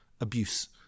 abuse